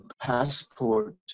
passport